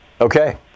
Okay